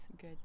good